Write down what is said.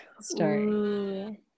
story